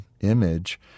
image